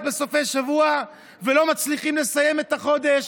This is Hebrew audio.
בסופי שבוע ולא מצליחים לסיים את החודש,